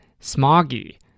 smoggy